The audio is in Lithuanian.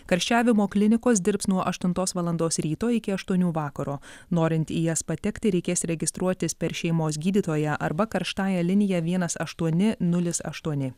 karščiavimo klinikos dirbs nuo aštuntos valandos ryto iki aštuonių vakaro norint į jas patekti reikės registruotis per šeimos gydytoją arba karštąja linija vienas aštuoni nulis aštuoni